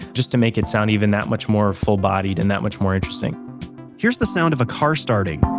just to make it sound even that much more full bodied and that much more interesting here's the sound of a car starting